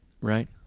right